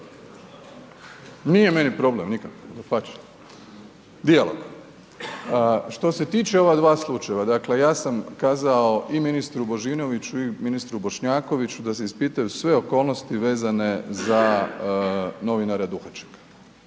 Nije meni problem nikakav, dapače, dijalog. Što se tiče ova dva slučajeva, dakle, ja sam kazao i ministru Božinoviću i ministru Bošnjakoviću da se ispitaju sve okolnosti vezane za novinara Duhačeka.